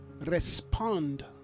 respond